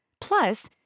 Plus